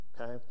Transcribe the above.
Okay